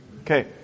Okay